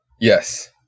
Yes